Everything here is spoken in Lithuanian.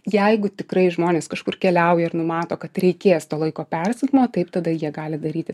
jeigu tikrai žmonės kažkur keliauja ir numato kad reikės to laiko persukimo taip tada jie gali daryti